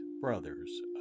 brothers